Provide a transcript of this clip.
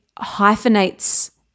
hyphenates